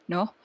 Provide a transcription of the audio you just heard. No